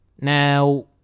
Now